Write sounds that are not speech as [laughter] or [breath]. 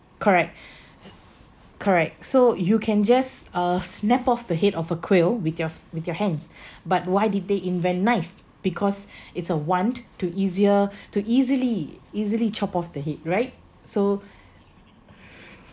correct correct so you can just uh snap off the head of a quail with your with your hands but why did they invent knife because [breath] it's a want to easier to easily easily chop off the head right so